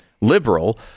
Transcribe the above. liberal